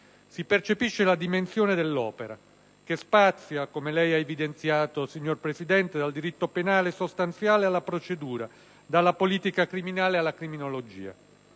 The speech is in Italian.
si percepisce la dimensione dell'opera, che spazia, come lei ha evidenziato, signor Presidente, dal diritto penale sostanziale alla procedura penale, dalla politica criminale alla criminologia.